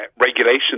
regulation